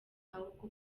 ahubwo